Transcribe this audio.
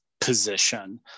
position